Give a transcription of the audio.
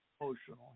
emotional